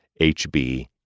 HB